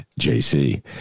JC